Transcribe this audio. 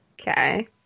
Okay